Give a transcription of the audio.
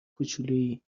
کوچولویی